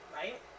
right